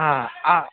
हा आ